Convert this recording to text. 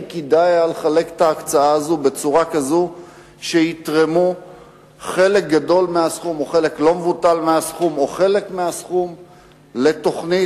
בצורה כזו שיתרמו חלק גדול מהסכום או חלק מהסכום לתוכנית